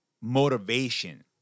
motivation